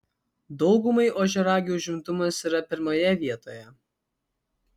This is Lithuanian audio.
daugumai ožiaragių užimtumas yra pirmoje vietoje